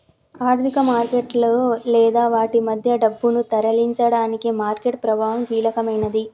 ఆర్థిక మార్కెట్లలో లేదా వాటి మధ్య డబ్బును తరలించడానికి మార్కెట్ ప్రభావం కీలకమైనది